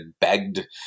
begged